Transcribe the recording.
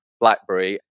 Blackberry